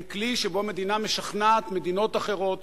הם כלי שבו המדינה משכנעת מדינות אחרות,